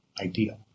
ideal